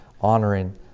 honoring